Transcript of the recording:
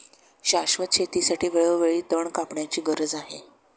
शाश्वत शेतीसाठी वेळोवेळी तण कापण्याची गरज आहे